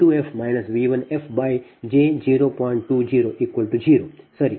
ಅಂತೆಯೇ I 21 V 2f V 1f j0